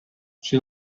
she